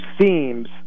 seems